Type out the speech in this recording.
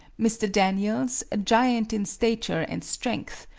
mr. daniels, a giant in stature and strength,